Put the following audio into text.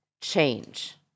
change